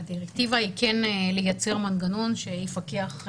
הדירקטיבה היא כן לייצר מנגנון שיפקח.